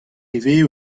ivez